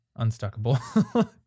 Unstuckable